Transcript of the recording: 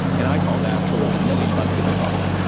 and i call that sort of the million bug fix problem.